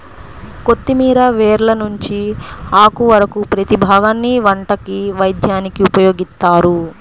కొత్తిమీర వేర్ల నుంచి ఆకు వరకు ప్రతీ భాగాన్ని వంటకి, వైద్యానికి ఉపయోగిత్తారు